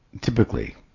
typically